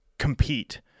compete